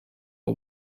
for